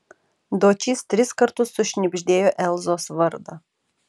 dočys tris kartus sušnibždėjo elzos vardą